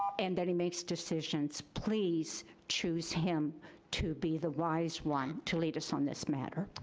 and then he makes decisions. please choose him to be the wise one to lead us on this matter.